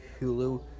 Hulu